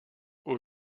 aux